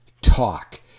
talk